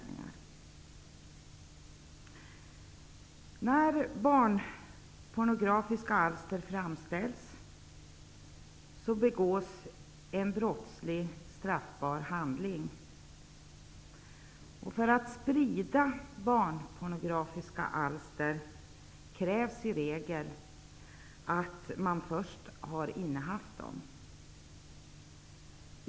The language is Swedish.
När barnpornografiska alster framställs, begås en brottslig straffbar handling. För att sprida barnpornografiska alster krävs i regel att man först har innehaft dem.